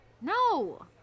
no